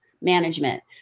management